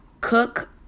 cook